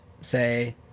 say